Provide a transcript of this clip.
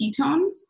ketones